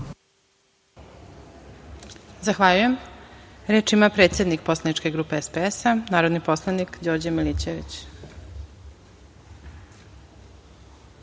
Zahvaljujem. Reč ima predsednik poslaničke grupe SPS, narodni poslanik Đorđe Milićević.